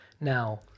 Now